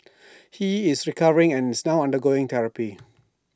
he is recovering and is now undergoing therapy